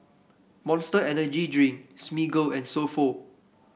Monster Energy Drink Smiggle and So Pho